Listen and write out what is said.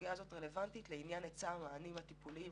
הסוגיה הזאת רלוונטית לעניין היצע המענים הטיפוליים